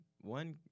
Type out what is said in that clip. one